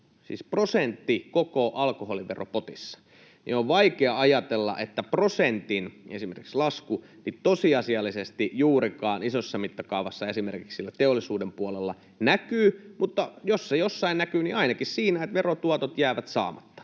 siis prosentti koko alkoholiveropotissa. On vaikea ajatella, että esimerkiksi prosentin lasku tosiasiallisesti juurikaan isossa mittakaavassa siellä teollisuuden puolella näkyy. Mutta jos se jossain näkyy niin ainakin siinä, että verotuotot jäävät saamatta,